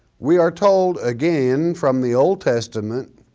we are told again from the old testament,